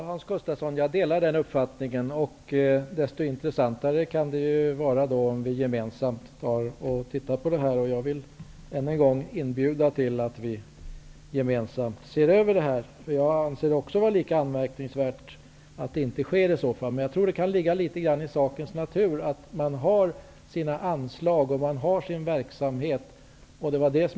Herr talman! Jag delar Hans Gustafssons uppfattning. Desto intressantare kan det bli om vi gemensamt ser över denna fråga. Jag vill än en gång inbjuda till att vi gemensamt ser över dessa frågor. Jag anser det också vara anmärkningsvärt att dessa rationaliseringar inte sker. Jag tror att det ligger litet i sakens natur att ett verk får sina anslag och utför sin verksamhet.